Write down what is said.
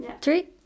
three